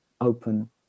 open